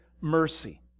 mercy